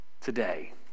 today